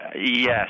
Yes